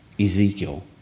Ezekiel